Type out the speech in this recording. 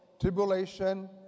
tribulation